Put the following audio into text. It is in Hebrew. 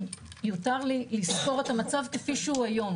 אם יותר לי לסקור את המצב כפי שהוא היום,